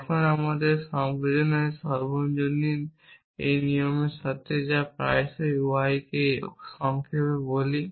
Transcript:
এখন সংবেদনের সর্বজনীন এই নিয়মের সাথে যা আমরা প্রায়শই UI কে সংক্ষেপে বলি